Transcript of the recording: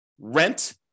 rent